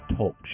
Talk